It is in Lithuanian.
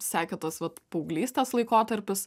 sekė tas vat paauglystės laikotarpis